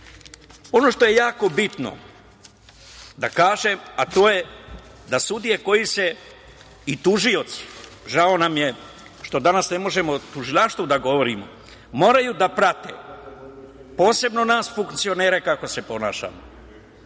što je jako bitno da kažem, to je da sudije i tužioci, žao nam je što danas ne možemo o tužilaštvu da govorimo, moraju da prate posebno nas funkcionere kako se ponašamo,